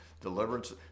deliverance